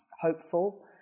hopeful